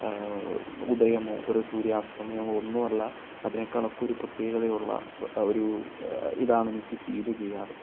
ഉദയമൊ ഒരു സൂര്യ അസ്തമയമോ ഒന്നുമല്ല അതിനേക്കാളൊക്കൊരു പ്രത്യേകതയുള്ള ഒരു ഇതാണ് എനിക്ക് ഫീൽ ചെയ്യാറ്